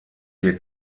hier